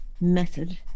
Method